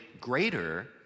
greater